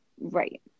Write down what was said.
Right